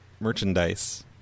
Merchandise